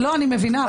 אני מבינה.